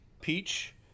peach